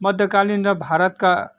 मध्यकालीन र भारतका